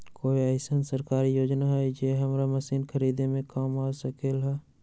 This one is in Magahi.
कोइ अईसन सरकारी योजना हई जे हमरा मशीन खरीदे में काम आ सकलक ह?